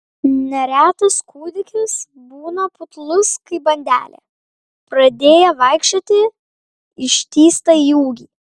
neretas kūdikis būna putlus kaip bandelė pradėję vaikščioti ištįsta į ūgį